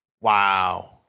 Wow